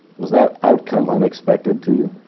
was that outcome unexpected to you?